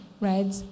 right